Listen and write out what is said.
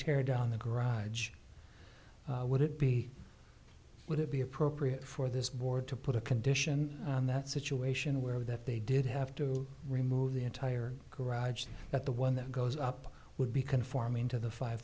tear down the garage would it be would it be appropriate for this board to put a condition on that situation where that they did have to remove the entire garage that the one that goes up would be conforming to the five